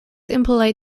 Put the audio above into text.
impolite